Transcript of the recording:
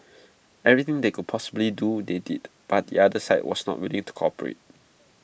everything they could possibly do they did but the other side was not willing to cooperate